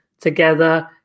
together